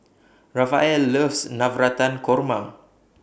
Rafael loves Navratan Korma